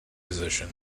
position